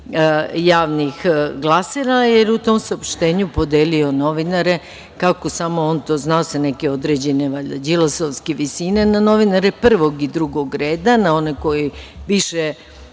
javnih glasina, jer u tom saopštenju podelio je novinare, kako samo on to zna sa neke određene Đilasovske visine na novinare prvog i drugog reda, na one koji mu više